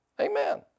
Amen